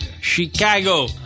Chicago